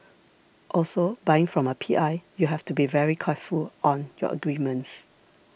also buying from a P I you have to be very careful on your agreements